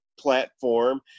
platform